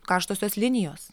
karštosios linijos